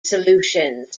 solutions